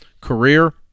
career